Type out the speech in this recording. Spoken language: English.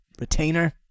retainer